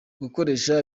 gukoresha